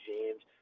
James